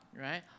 right